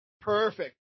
Perfect